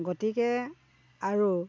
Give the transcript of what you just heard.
গতিকে আৰু